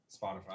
Spotify